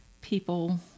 people